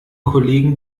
kollegen